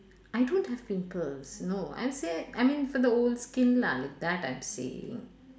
I don't have pimples no I m~ say I mean for the old skin lah that I'm saying